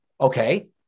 Okay